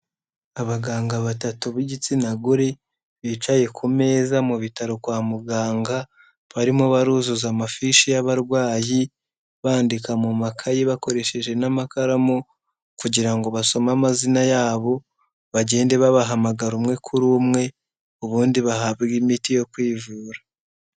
Abaganga batatu b'igitsina gore, bicaye ku meza mu bitaro kwa muganga, barimo baruzuza amafishi y'abarwayi, bandika mu makayi bakoresheje n'amakaramu, kugira ngo basome amazina yabo, bagende babahamagara umwe kuri umwe, ubundi bahabwe imiti yo kwivura.